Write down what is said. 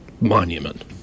monument